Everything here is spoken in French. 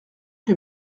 que